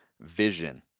vision